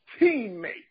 teammate